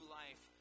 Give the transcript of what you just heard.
life